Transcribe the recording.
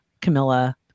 Camilla